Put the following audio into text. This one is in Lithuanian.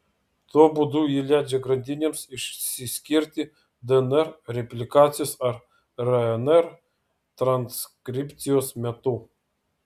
tuo būdu ji leidžia grandinėms išsiskirti dnr replikacijos ar rnr transkripcijos metu